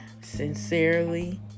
Sincerely